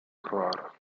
croire